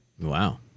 Wow